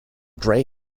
gray